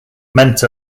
meant